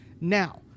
Now